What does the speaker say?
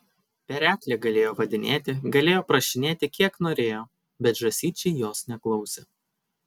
pereklė galėjo vadinėti galėjo prašinėti kiek norėjo bet žąsyčiai jos neklausė